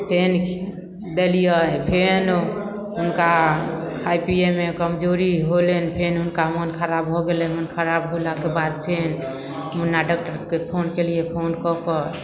फेन देलियै फेन हुनका खाइ पियैमे कमजोरी होलनि फेन हुनका मोन खराब भऽ गेलनि मोन खराब होलाके बाद फेन मुन्ना डॉक्टरके फोन कयलियै फोन कऽ कऽ